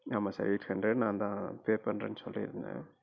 ஆமாம் sir eight hundred நான் தான் பே பண்ணுறேனு சொல்லியிருந்தேன்